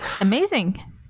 Amazing